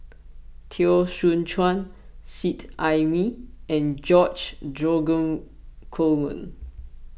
Teo Soon Chuan Seet Ai Mee and George Dromgold Coleman